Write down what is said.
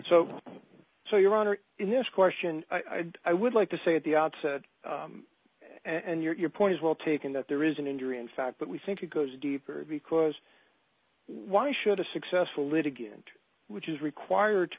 so so your honor in this question i'd i would like to say at the outset and your point is well taken that there is an injury in fact but we think it goes deeper because why should a successful litigant which is required to